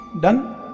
done